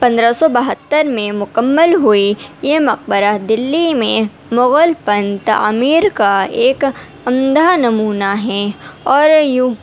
پندرہ سو بہتر میں مکمل ہوئی یہ مقبرہ دلّی میں مغل پن تعمیر کا ایک عمدہ نمونہ ہیں اور یوں